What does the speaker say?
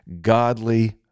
godly